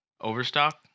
overstock